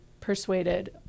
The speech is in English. persuaded